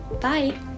bye